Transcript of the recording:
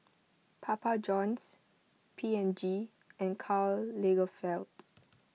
Papa Johns P and G and Karl Lagerfeld